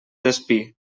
despí